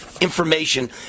information